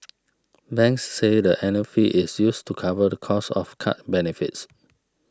banks said the annual fee is used to cover the cost of card benefits